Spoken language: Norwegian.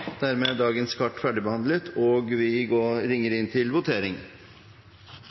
Dermed er dagens kart ferdigbehandlet.